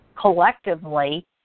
collectively